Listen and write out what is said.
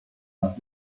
más